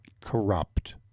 corrupt